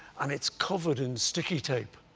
and it's covered in sticky tape.